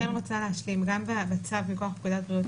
אני רוצה להשלים: גם בצו מכוח פקודת בריאות,